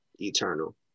eternal